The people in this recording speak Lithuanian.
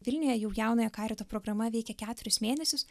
vilniuje jau jaunojo karito programa veikia keturis mėnesius